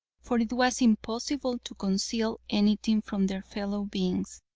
for it was impossible to conceal anything from their fellow beings.